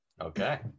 Okay